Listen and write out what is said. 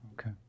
Okay